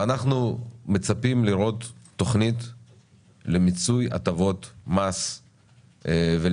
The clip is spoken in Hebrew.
ואנחנו מצפים לראות תוכנית למיצוי הטבות מס ולמיצוי